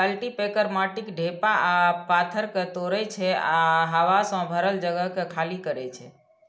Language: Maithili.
कल्टीपैकर माटिक ढेपा आ पाथर कें तोड़ै छै आ हवा सं भरल जगह कें खाली करै छै